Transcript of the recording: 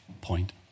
point